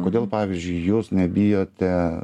kodėl pavyzdžiui jūs nebijote